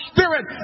Spirit